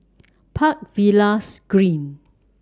Park Villas Green